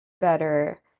better